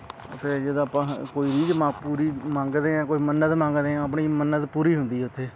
ਉੱਥੇ ਜਿੱਦਾਂ ਆਪਾਂ ਕੋਈ ਰੀਝ ਪੂਰੀ ਮੰਗਦੇ ਹਾਂ ਕੋਈ ਮੰਨਤ ਮੰਗਦੇ ਹਾਂ ਆਪਣੀ ਮੰਨਤ ਪੂਰੀ ਹੁੰਦੀ ਉੱਥੇ